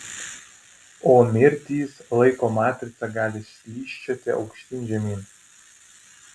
o mirtys laiko matrica gali slysčioti aukštyn žemyn